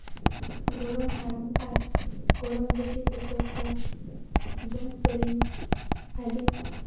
ᱜᱚᱲᱚᱢ ᱦᱟᱲᱟᱢ ᱟᱨ ᱜᱚᱲᱚᱢ ᱵᱩᱰᱷᱤ ᱛᱮᱠᱚ ᱠᱚ ᱫᱚᱝ ᱥᱮᱨᱮᱧ ᱟᱹᱰᱤ